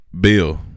Bill